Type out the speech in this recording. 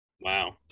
Wow